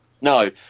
No